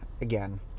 again